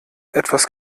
etwas